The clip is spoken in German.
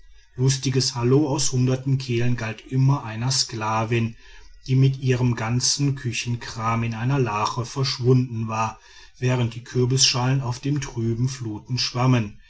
lustiges hallo aus hundert kehlen galt immer einer sklavin die mit ihrem ganzen küchenkram in einer lache verschwunden war während die kürbisschalen auf der trüben flut schwammen